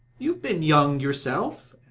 you have been young yourself,